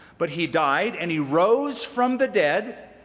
but he died and he rose from the dead,